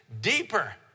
deeper